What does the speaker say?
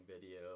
video